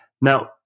Now